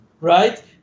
right